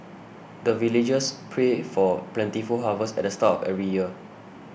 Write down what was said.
the villagers pray for plentiful harvest at the start of every year